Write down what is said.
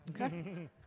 Okay